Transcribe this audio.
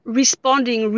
responding